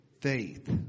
faith